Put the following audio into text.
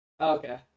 Okay